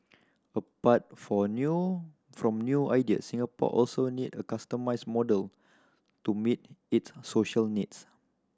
apart for new from new ideas Singapore also need a customised model to meet its social needs